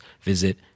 visit